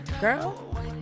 Girl